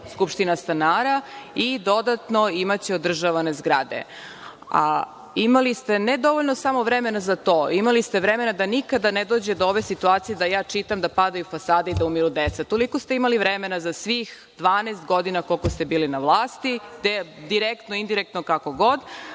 skupština stanara i dodatno imaće održavane zgrade. Imali ste, ne dovoljno samo vremena za to, vremena da nikada ne dođe do ove situacije da čitam da padaju fasade i da umiru deca. Toliko ste imali vremena za svih 12 godina koliko ste bili na vlasti, direktno, indirektno, kako god,